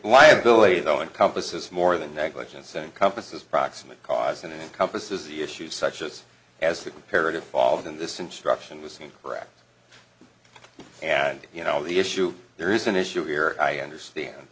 liability though and compass is more than negligence a compass is proximate cause and encompasses the issues such as has the comparative fault in this instruction was incorrect and you know the issue there is an issue here i understand